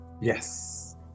Yes